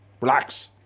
relax